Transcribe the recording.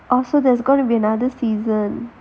oh so there's gonna be another season